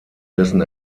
dessen